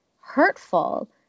hurtful